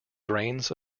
grains